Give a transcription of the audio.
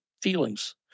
feelings